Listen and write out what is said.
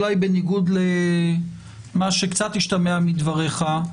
אולי בניגוד למה שקצת השתמע מדבריך,